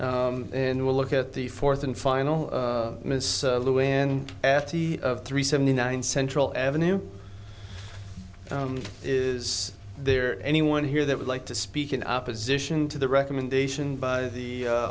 stands and will look at the fourth and final miss lewin of three seventy nine central avenue is there anyone here that would like to speak in opposition to the recommendation by the